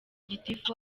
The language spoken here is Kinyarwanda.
gitifu